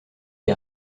est